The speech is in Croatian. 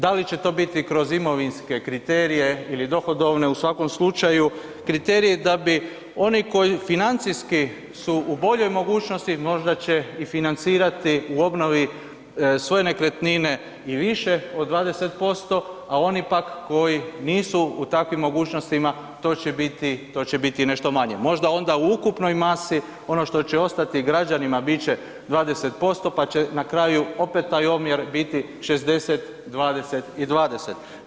Da li će to biti kroz imovinske kriterije ili dohodovne, u svakom slučaju kriterije da bi oni koji financijski su u boljoj mogućnosti možda će i financirati u obnovi svoje nekretnine i više od 20%, a oni pak koji nisu u takvim mogućnostima to će biti, to će biti nešto manje, možda onda u ukupnoj masi ono što će ostati građanima bit će 20%, pa će na kraju opet taj omjer biti 60:20:20.